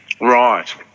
Right